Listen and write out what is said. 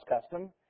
custom